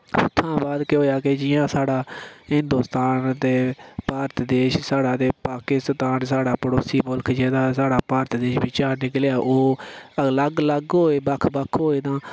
उत्थुआं बाद केह् होएआ कि जि'यां साढ़ा हिंदोस्तान ते भारत देश साढ़ा ते पाकिस्तान साढ़ा पड़ोसी मुल्ख जेह्ड़ा साढ़ा भारत देश बिच्चा निकलेआ ओह् अलग अलग होए बक्ख बक्ख होए तां